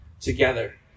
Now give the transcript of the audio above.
together